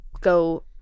go